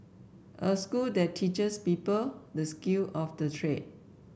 a school that teaches people the skill of the trade